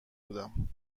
بودم